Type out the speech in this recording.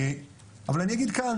אבל אני אגיד כאן,